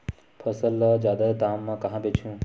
फसल ल जादा दाम म कहां बेचहु?